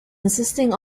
insisting